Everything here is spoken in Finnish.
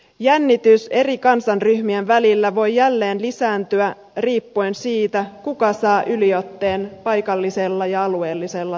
jännitys eri kansanryhmien välillä voi jälleen lisääntyä riippuen siitä kuka saa yliotteen paikallisella ja alueellisella tasolla